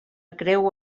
creu